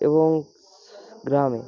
এবং গ্রামে